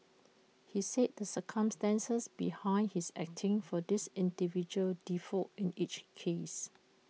he said the circumstances behind his acting for these individuals differed in each case